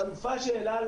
החלופה של אל על,